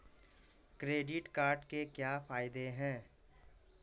Credit card के क्या फायदे हैं?